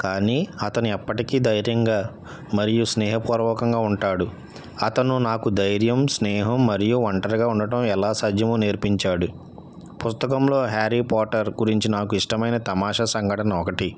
కానీ అతను ఎప్పటికీ ధైర్యంగా మరియు స్నేహపూర్వకంగా ఉంటాడు అతను నాకు ధైర్యం స్నేహం మరియు ఒంటరిగా ఉండటం ఎలా సాధ్యమో నేర్పించాడు పుస్తకంలో హ్యారీ పోటర్ గురించి నాకు ఇష్టమైన తమాషా సంఘటన ఒకటి